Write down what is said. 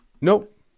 Nope